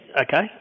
okay